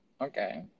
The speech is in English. Okay